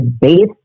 base